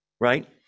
right